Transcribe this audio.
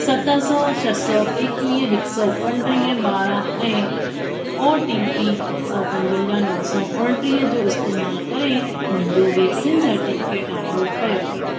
सत सौ छह सौ एकवीह हिक सौ पंटीह ॿारहं ऐं ओ टी पी अठ सौ पंजवंजाह नव सौ उणिटीह जो इस्तैमाल करे मुंहिंजो वैक्सीन सर्टिफिकेट डाउनलोड कयो